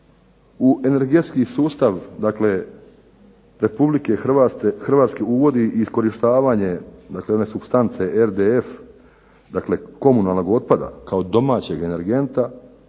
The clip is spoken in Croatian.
u energetski sustav dakle Republike Hrvatske uvodi i iskorištavanje one supstance RDF, dakle komunalnog otpada kao domaćeg energenta